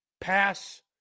Pass